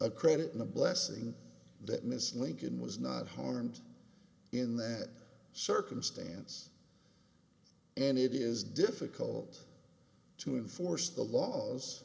a credit and a blessing that mrs lincoln was not harmed in that circumstance and it is difficult to enforce the laws